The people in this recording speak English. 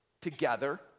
together